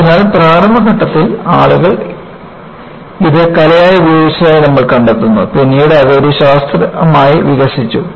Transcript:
അതിനാൽ പ്രാരംഭ ഘട്ടത്തിൽ ആളുകൾ ഇത് കലയായി ഉപയോഗിച്ചതായി നമ്മൾ കണ്ടെത്തുന്നു പിന്നീട് അത് ഒരു ശാസ്ത്രമായി വികസിച്ചു